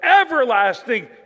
everlasting